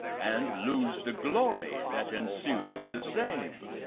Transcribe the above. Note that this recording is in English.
and lose the glory that ensues the same?